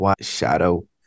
shadow